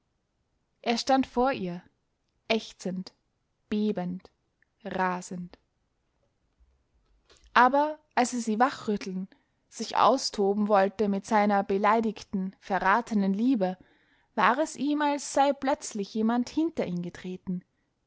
er stand vor ihr ächzend bebend rasend aber als er sie wachrütteln sich austoben wollte mit seiner beleidigten verratenen liebe war es ihm als sei plötzlich jemand hinter ihn getreten